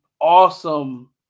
awesome